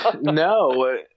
No